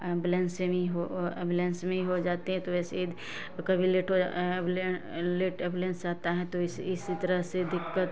ambulance से ही हो एंबुलेंस में ही हो जाती है तो वैसी कभी लेटो कभी लेट एंबुलेंस रहता है तो आई एस आई तरह से दिक्कत